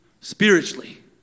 spiritually